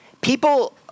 people